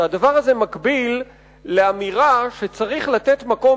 שאמירתו של אביטל מקבילה ממש לאמירה שצריך לתת מקום